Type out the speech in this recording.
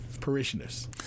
parishioners